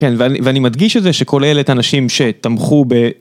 כן, ואני-ואני מדגיש את זה שכולל את האנשים שתמכו ב...